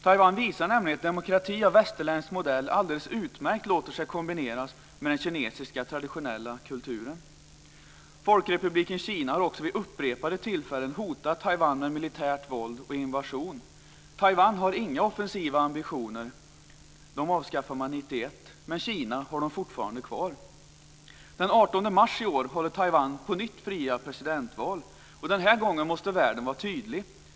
Taiwan visar nämligen att demokrati av västerländsk modell alldeles utmärkt låter sig kombineras med den kinesiska traditionella kulturen. Fokrepubliken Kina har också vid upprepade tillfällen hotat Taiwan med militärt våld och invasion. Taiwan har inga offensiva ambitioner. Dem avskaffade man 1991, men Kina har dem fortfarande kvar. Den 18 mars i år håller Taiwan på nytt fria presidentval. Den här gången måste världen vara tydlig.